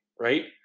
Right